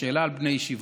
השאלה על בני ישיבות?